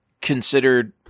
considered